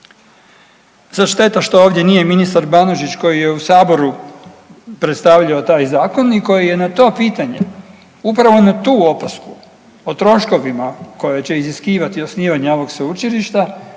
šteta što ovdje nije ministar Banožić koji je u saboru predstavljao taj zakon i koji je na ta pitanja upravo na tu opasku o troškovima koje će iziskivati osnivanje ovog sveučilišta